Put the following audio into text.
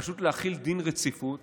פשוט להחיל דין רציפות